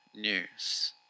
news